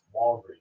Walgreens